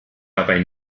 dabei